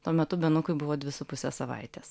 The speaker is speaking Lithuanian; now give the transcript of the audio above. tuo metu benukui buvo dvi su puse savaitės